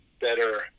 better